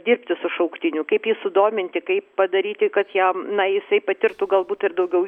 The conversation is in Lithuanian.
dirbti su šauktiniu kaip jį sudominti kaip padaryti kad jam na jisai patirtų galbūt ir daugiau